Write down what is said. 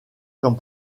comme